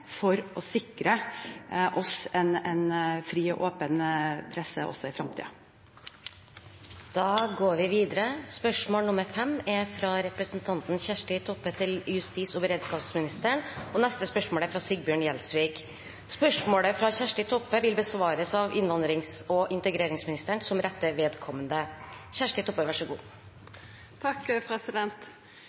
for å sikre oss en fri og åpen presse også i fremtiden. Dette spørsmålet, fra representanten Kjersti Toppe til justisministeren, vil bli besvart av innvandrings- og integreringsministeren som rette vedkommende.